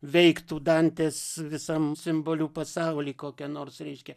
veiktų dantės visam simbolių pasauly kokia nors reiškia